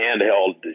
handheld